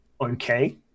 okay